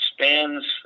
spans